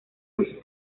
los